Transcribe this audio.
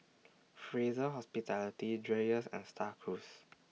Fraser Hospitality Dreyers and STAR Cruise